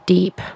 Deep